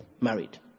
Married